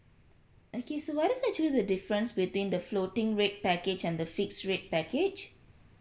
okay so what is the two the difference between the floating rate package and the fixed rate package